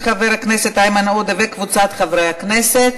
של חבר הכנסת איימן עודה וקבוצת חברי הכנסת.